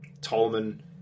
Tolman